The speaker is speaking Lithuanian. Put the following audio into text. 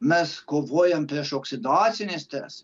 mes kovojam prieš oksidacinį stresą